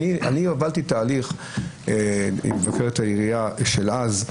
הובלתי תהליך עם מבקרת העירייה של אז,